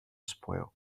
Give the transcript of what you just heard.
spoil